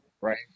right